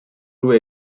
jouer